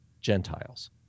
Gentiles